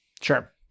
sure